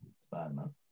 Spider-Man